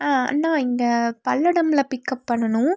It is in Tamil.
ஆ அண்ணா இங்கே பல்லடமில் பிக்கப் பண்ணணும்